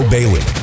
Bailey